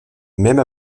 même